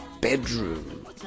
bedroom